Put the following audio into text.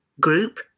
group